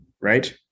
right